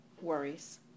worries